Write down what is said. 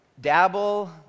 dabble